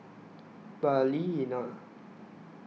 Balina